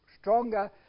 stronger